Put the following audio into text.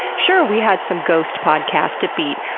sure, we had some ghost podcast to beat,